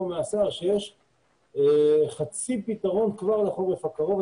מהשר שיש חצי פתרון כבר לחורף הקרוב.